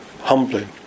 humbling